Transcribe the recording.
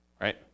right